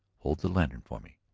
hold the lantern for me.